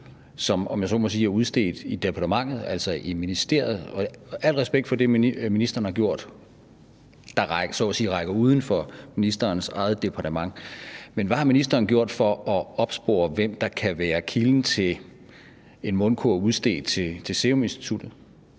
sige, er udstedt i departementet, altså i ministeriet. Og al respekt for det, ministeren har gjort, der så at sige rækker uden for ministerens eget departement, men hvad har ministeren gjort for at opspore, hvem der kan være kilden til en mundkurv udstedt til Seruminstituttet?